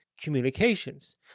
communications